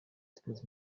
estas